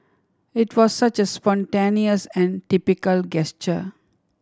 it was such a spontaneous and typical gesture